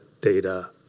data